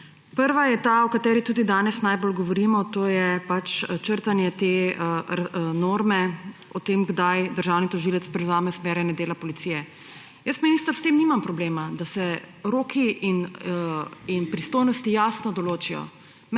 Prva je ta, o kateri tudi danes najbolj govorimo, to je črtanje norme o tem, kdaj državni tožilec prevzame usmerjanje dela policije. Jaz, minister, s tem nimam problema, da se roki in pristojnosti jasno določijo.